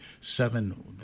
seven